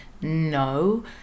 no